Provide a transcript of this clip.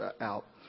out